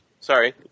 Sorry